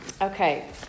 Okay